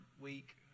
week